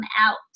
out